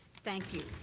thank you.